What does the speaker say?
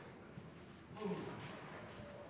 Andersen